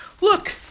Look